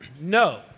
No